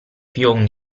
pio